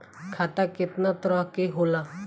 खाता केतना तरह के होला?